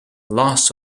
last